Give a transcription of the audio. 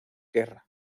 guerra